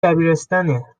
دبیرستانه